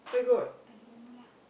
uh I don't know lah